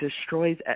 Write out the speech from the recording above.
destroys